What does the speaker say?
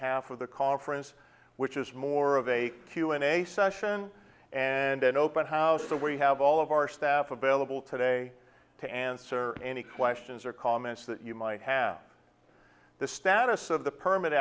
half of the conference which is more of a q and a session and an open house so we have all of our staff available today to answer any questions or comments that you might have the status of the permit